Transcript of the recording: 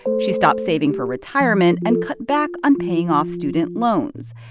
she stopped saving for retirement and cut back on paying off student loans.